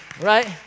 Right